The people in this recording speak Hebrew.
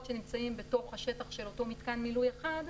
שנמצאים בתוך השטח של אותו מיתקן מילוי אחד,